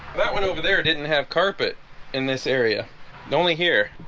that one over there didn't have carpet in this area only here